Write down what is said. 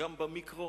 גם במיקרו